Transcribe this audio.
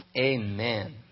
Amen